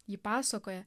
ji pasakoja